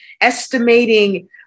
estimating